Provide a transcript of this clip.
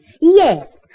Yes